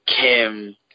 Kim